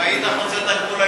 אם היית חוצה את הגבול,